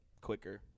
quicker